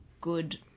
good